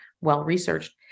well-researched